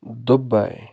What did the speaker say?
Dubai